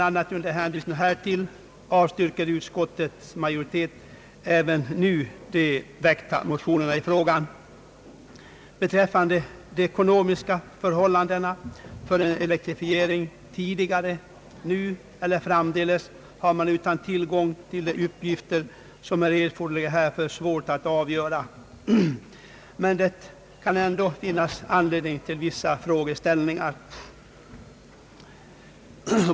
a. under hänvisning härtill avstyrker utskottet även de nu väckta motionerna i frågan.» Utan tillgång till erforderliga uppgifter är det svårt att bedöma de eko nomiska förhållandena för en elektrifiering nu eller framdeles. Det kan dock finnas anledning till vissa frågeställningar.